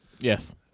Yes